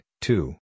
two